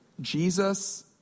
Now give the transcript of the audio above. Jesus